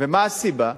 ומה הסיבה?